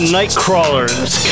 Nightcrawlers